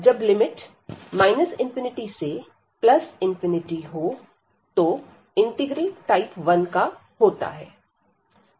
जब लिमिट ∞ से तो इंटीग्रल टाइप 1 का होता है